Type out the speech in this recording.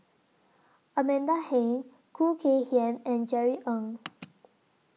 Amanda Heng Khoo Kay Hian and Jerry Ng